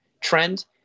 trend